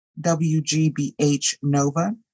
WGBH-NOVA